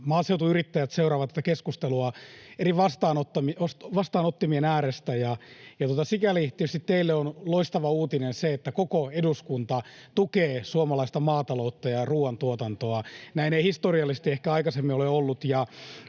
maaseutuyrittäjät seuraavat tätä keskustelua eri vastaanottimien äärestä, ja sikäli tietysti teille on loistava uutinen se, että koko eduskunta tukee suomalaista maataloutta ja ruuantuotantoa. Näin ei historiallisesti ehkä aikaisemmin ole ollut,